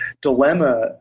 dilemma